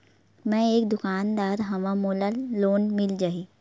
मै एक दुकानदार हवय मोला लोन मिल जाही?